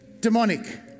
demonic